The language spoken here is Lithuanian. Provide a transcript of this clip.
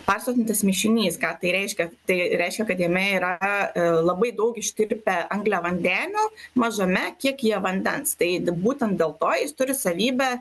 pasodintas mišinys ką tai reiškia tai reiškia kad jame yra labai daug ištirpę angliavandenių mažame kiekyje vandens tai d būtent dėl to jis turi savybę